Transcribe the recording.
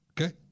okay